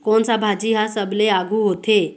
कोन सा भाजी हा सबले आघु होथे?